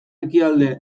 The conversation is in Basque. ekialde